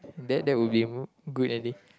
that that would be good already